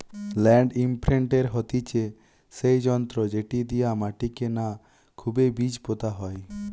land ইমপ্রিন্টের হতিছে সেই যন্ত্র যেটি দিয়া মাটিকে না খুবই বীজ পোতা হয়